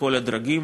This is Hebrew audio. בכל הדרגים.